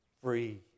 free